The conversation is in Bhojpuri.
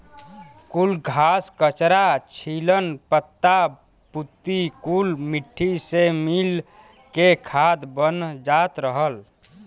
कुल घास, कचरा, छीलन, पत्ता पुत्ती कुल मट्टी से मिल के खाद बन जात रहल